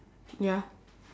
ya